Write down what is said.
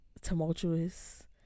tumultuous